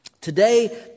Today